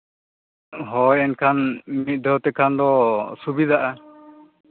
ᱦᱳᱭ ᱮᱱᱠᱷᱟᱱ ᱢᱤᱫ ᱫᱷᱟᱹᱣ ᱛᱮᱠᱷᱟᱱ ᱫᱚ ᱥᱩᱵᱤᱫᱷᱟᱜᱼᱟ